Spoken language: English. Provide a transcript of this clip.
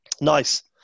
Nice